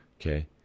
Okay